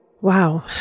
Wow